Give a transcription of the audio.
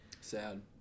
sad